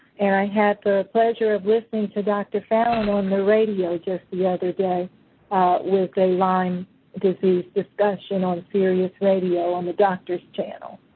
and i had the pleasure of listening to dr. fallon on the radio just the other day with a lyme disease discussion on sirius radio on the doctor's channel.